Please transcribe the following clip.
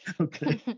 okay